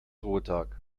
ruhetag